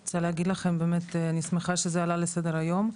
אני רוצה להגיד לכם באמת שאני שמחה שזה עלה לסדר היום.